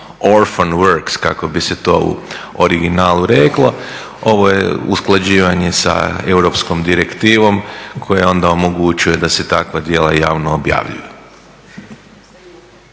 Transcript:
orfan works kako bi se to u originalu reklo. Ovo je usklađivanje sa europskom direktivom koja onda omogućuje da se takva djela javno objavljuju.